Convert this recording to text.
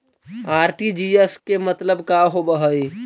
RTGS के मतलब का होव हई?